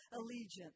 allegiance